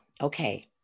okay